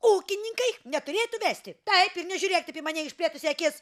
ūkininkai neturėtų vesti taip ir nežiūrėk taip į mane išplėtusi akis